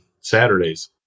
Saturdays